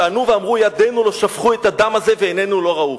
וענו ואמרו ידינו לא שפכו את הדם הזה ועינינו לא ראו.